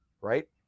right